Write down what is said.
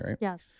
yes